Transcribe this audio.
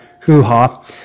hoo-ha